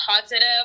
positive